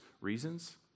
reasons